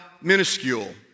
minuscule